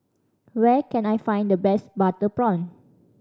where can I find the best butter prawn